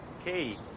Okay